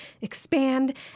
expand